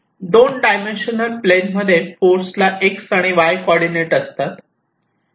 2 dimension plane मध्ये फोर्सला X आणि Y कॉर्डीनेट असतात